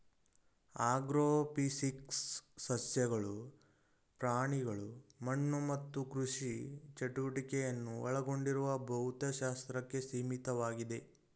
agrophysics ಸಸ್ಯಗಳು ಪ್ರಾಣಿಗಳು ಮಣ್ಣು ಮತ್ತು ಕೃಷಿ ಚಟುವಟಿಕೆಯನ್ನು ಒಳಗೊಂಡಿರುವ ಭೌತಶಾಸ್ತ್ರಕ್ಕೆ ಸೀಮಿತವಾಗಿದೆ